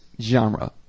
genre